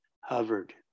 hovered